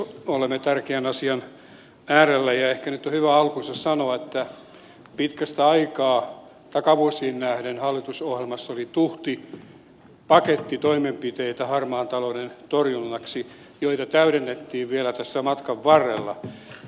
olemme tärkeän asian äärellä ja ehkä nyt on hyvä alkuunsa sanoa että pitkästä aikaa takavuosiin nähden hallitusohjelmassa oli tuhti paketti toimenpiteitä harmaan talouden torjunnaksi joita täydennettiin vielä tässä matkan varrella